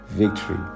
Victory